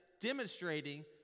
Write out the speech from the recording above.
demonstrating